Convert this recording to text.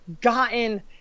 gotten